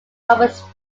office